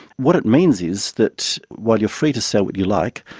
what it means is that while you are free to say what you like,